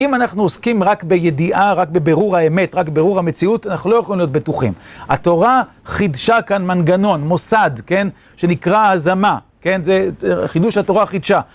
אם אנחנו עוסקים רק בידיעה, רק בבירור האמת, רק בבירור המציאות, אנחנו לא יכולים להיות בטוחים. התורה חידשה כאן מנגנון, מוסד, כן? שנקרא הזמה, כן? זה חידוש התורה חידשה.